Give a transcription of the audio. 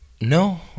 No